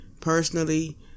personally